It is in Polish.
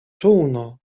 czółno